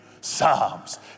Psalms